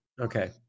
okay